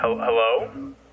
hello